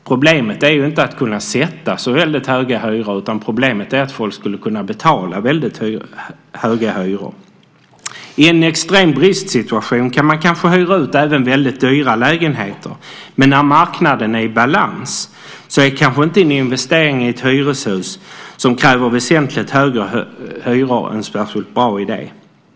Problemet är inte att sätta så väldigt höga hyror, utan problemet är att folk inte kan betala så väldigt höga hyror. I en extrem bristsituation kan man kanske hyra ut även väldigt dyra lägenheter. Men när marknaden är i balans är en investering i ett hyreshus som kräver väsentligt högre hyror inte en särskilt bra idé.